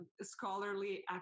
scholarly